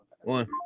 One